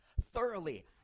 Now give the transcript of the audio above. thoroughly